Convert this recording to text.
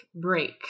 break